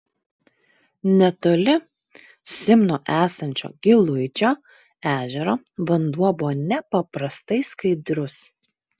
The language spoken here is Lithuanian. netoli simno esančio giluičio ežero vanduo buvo nepaprastai skaidrus